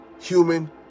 human